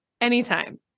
anytime